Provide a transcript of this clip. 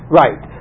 right